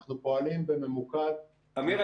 אנחנו פועלים באופן ממוקד --- אמיר,